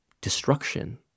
destruction